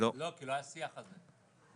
כי לא היה שיח על זה.